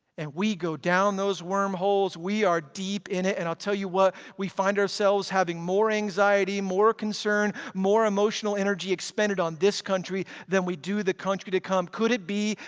and we go down those wormholes we are deep in it, and i'll tell you what, we find ourselves having more anxiety, more concern, more emotional energy expended on this country than we do the country to come. could it be?